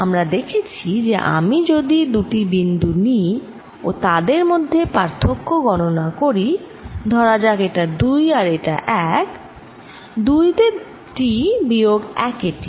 আমরা দেখেছি যে আমি যদি দুটি বিন্দু নিই ও তাদের মধ্যে পার্থক্য গণনা করি ধরা যাক এটা 2 আর এটা 1 2 তে T বিয়োগ 1এ T